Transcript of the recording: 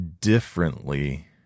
differently